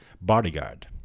bodyguard